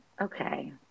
Okay